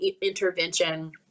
intervention